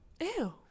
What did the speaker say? Ew